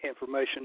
information